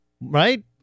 right